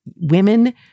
women